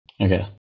Okay